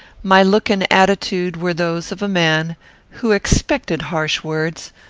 my look and attitude were those of a man who expected harsh words,